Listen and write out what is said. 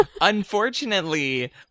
Unfortunately